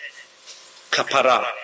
kapara